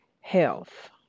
health